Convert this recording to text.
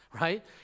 right